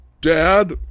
Dad